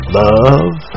love